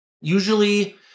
usually